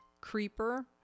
creeper